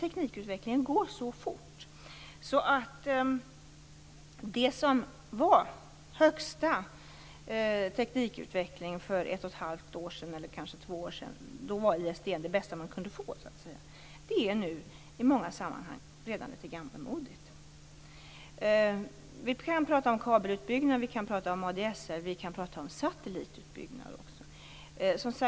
Teknikutvecklingen går så fort att det som för ett och ett halvt eller kanske två år sedan var den senaste tekniken - då var ISDN det bästa man kunde få - nu i många sammanhang redan är litet gammalmodigt. Vi kan prata om kabelutbyggnad, vi kan prata om ADSL, och vi kan också prata om satellitutbyggnad.